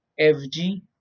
Fg